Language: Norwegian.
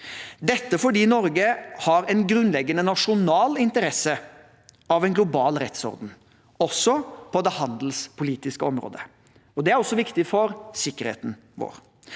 dette fordi Norge har en grunnleggende nasjonal interesse av en global rettsorden, også på det handelspolitiske området. Det er også viktig for sikkerheten vår.